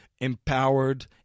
empowered